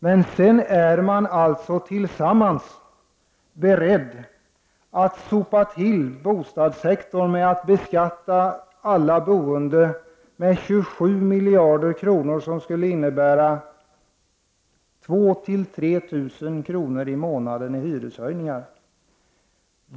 Men sedan är man tillsammans beredd att sopa till bostadssektorn genom att beskatta alla boende med 27 miljarder kronor, vilket skulle innebära 2 000—3 000 kr. i månaden i hyreshöjningar.